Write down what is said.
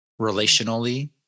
relationally